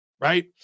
right